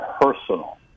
personal